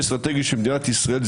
האסטרטגי של מדינת ישראל,